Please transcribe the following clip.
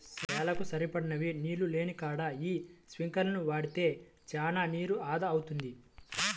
చేలకు సరిపడినన్ని నీళ్ళు లేనికాడ యీ స్పింకర్లను వాడితే చానా నీరు ఆదా అవుద్ది